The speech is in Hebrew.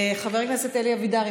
חבר הכנסת אלי אבידר,